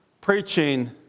preaching